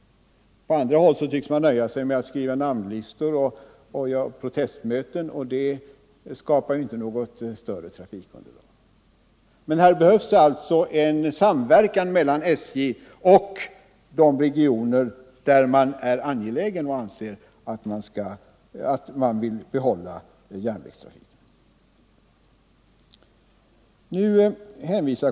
På andra håll tycks man nöja sig med att skriva namnlistor och hålla protestmöten, men det skapar ju inte något större trafikunderlag. Här behövs alltså en samverkan mellan SJ och de regioner där man är angelägen om järnvägstrafiken och vill behålla den.